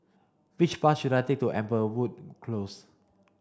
which bus should I take to Amberwood Close